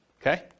Okay